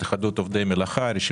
התאחדות עובדי מלאכה.